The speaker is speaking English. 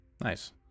Nice